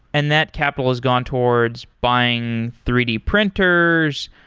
and that capital has gone towards buying three d printers,